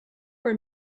for